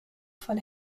von